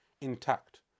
intact